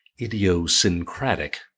idiosyncratic